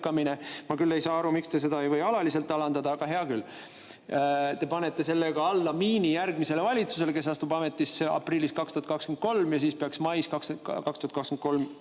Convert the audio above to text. Ma küll ei saa aru, miks te seda ei või alaliselt alandada, aga hea küll. Te panete sellega miini alla järgmisele valitsusele, kes astub ametisse aprillis 2023. Siis peaks mais 2023